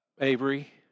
Avery